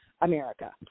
America